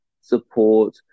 support